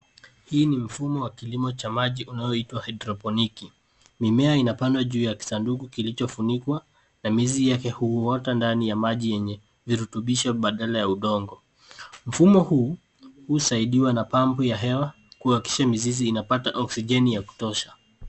Hii ni mfumo wa kilimo cha maji unayoi itwa haidroponiki. Mimea inapandwa juu ya kisanduku kilicho funigwa na mizizi yake huota ndani ya maji yenye virutubisho badala ya udongo. Mfumo huu husaidiwa na pampu ya hewa kuhakikisha mzizi inapata oksigeni ya kutosha.